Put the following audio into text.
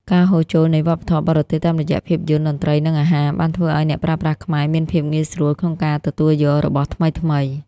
ការហូរចូលនៃវប្បធម៌បរទេសតាមរយៈភាពយន្ត តន្ត្រី និងអាហារ បានធ្វើឱ្យអ្នកប្រើប្រាស់ខ្មែរមានភាពងាយស្រួលក្នុងការទទួលយករបស់ថ្មីៗ។